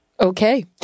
Okay